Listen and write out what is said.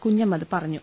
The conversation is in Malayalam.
കുഞ്ഞമ്മദ് പറഞ്ഞു